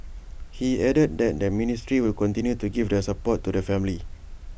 he added that the ministry will continue to give their support to the family